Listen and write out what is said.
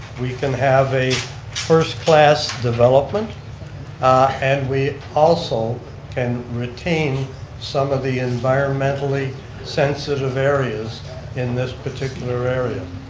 we can have a first-class development and we also can retain some of the environmentally sensitive areas in this particular area.